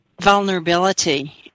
vulnerability